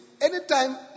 anytime